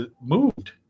moved